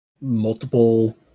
multiple